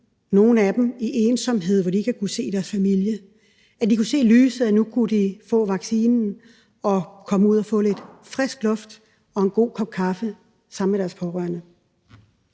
nogle af dem i ensomhed, hvor de ikke havde kunnet se deres familie. De kunne se lyset, for nu kunne de få vaccinen og komme ud og få lidt frisk luft og en god kop kaffe sammen med deres pårørende.